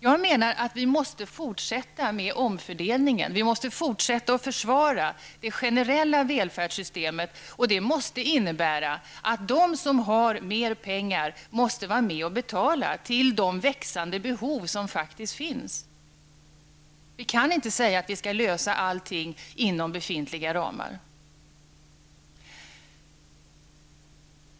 Jag menar att vi måste fortsätta med omfördelningen, vi måste fortsätta att försvara det generella välfärdssystemet, och det måste innebära att de som har mer pengar måste vara med och betala till de växande behoven. Vi kan inte säga att vi skall lösa alla problem inom befintliga ramar.